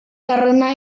karena